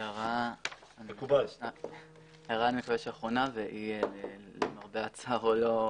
הערה נוספת והיא למרבה הצער או לא,